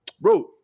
Bro